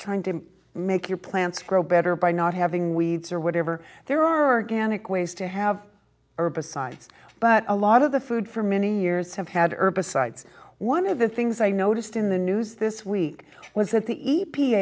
trying to make your plants grow better by not having weeds or whatever there are again equates to have herbicides but a lot of the food for many years have had herbicides one of the things i noticed in the news this week was that the e p